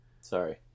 Sorry